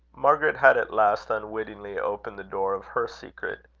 margaret had at last unwittingly opened the door of her secret.